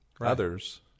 others